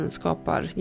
skapar